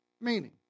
meaning